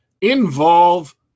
involve